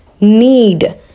need